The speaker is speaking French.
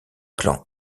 clan